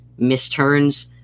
misturns